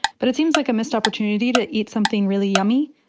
but it seems like a missed opportunity to eat something really yummy.